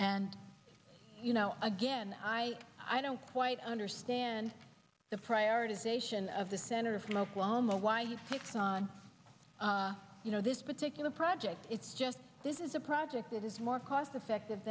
and you know again i i don't quite understand the prioritization of the senator from oklahoma why he picks on you know this particular project it's just this is a project that is more cost effective